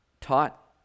taught